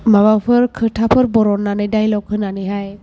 माबाफोर खोथाफोर बरननानै डायलग होनानैहाय